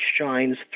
shines